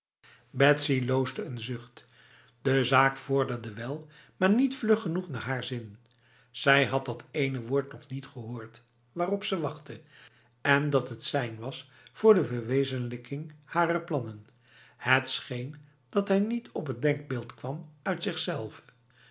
loosde een zucht de zaak vorderde wel maar niet vlug genoeg naar haar zin zij had dat éne woord nog niet gehoord waarop ze wachtte en dat het sein was voor de verwezenlijking harer plannen het scheen dat hij niet op het denkbeeld kwam uit zichzelve